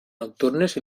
nocturnes